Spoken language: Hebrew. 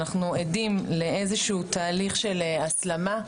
אנחנו עדים לאיזשהו תהליך של הסלמה.